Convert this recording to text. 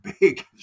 big